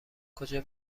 کجا